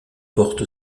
porte